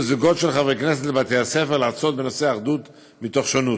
זוגות של חברי כנסת לבתי-הספר להרצות בנושא: אחדות מתוך שונות.